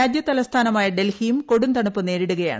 രാജ്യതലസ്ഥാനമായ ഡൽഹിയും കൊടുംതണുപ്പ് നേരിടുകയാണ്